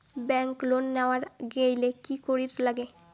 Bank loan নেওয়ার গেইলে কি করীর নাগে?